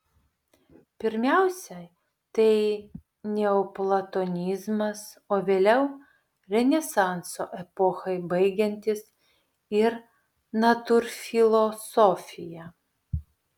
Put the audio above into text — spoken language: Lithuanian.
pirmiausia tai neoplatonizmas o vėliau renesanso epochai baigiantis ir natūrfilosofija